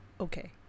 Okay